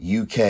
UK